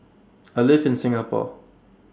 I live in Singapore